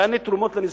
יעני תרומות לנזקקים.